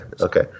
okay